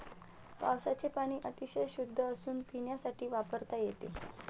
पावसाचे पाणी अतिशय शुद्ध असून ते पिण्यासाठी वापरता येते